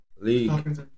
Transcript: League